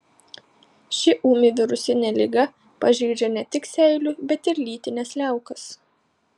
ši ūmi virusinė liga pažeidžia ne tik seilių bet ir lytines liaukas